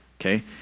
Okay